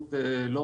באמצעות שלט עצור,